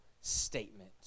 statement